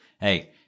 Hey